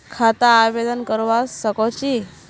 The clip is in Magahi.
खाता आवेदन करवा संकोची?